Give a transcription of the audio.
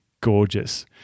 gorgeous